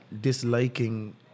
disliking